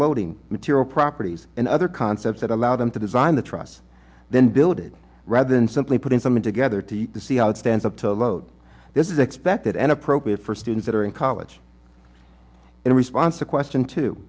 loading material properties and other concepts that allow them to design the truss then build it rather than simply putting something together to see how it stands up to a load this is expected and appropriate for students entering college in response to question to